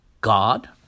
God